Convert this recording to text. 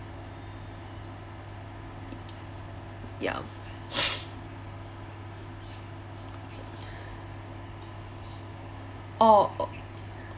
ya orh